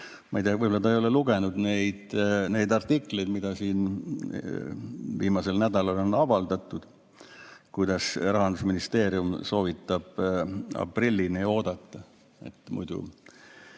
Ma ei tea, võib-olla ta ei ole lugenud neid artikleid, mida siin viimasel nädalal on avaldatud, kuidas Rahandusministeerium soovitab aprillini oodata, muidu